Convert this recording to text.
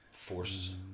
force